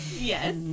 Yes